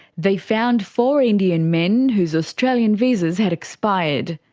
they found four indian men whose australian visas had expired.